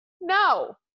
No